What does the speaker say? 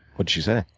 but she say?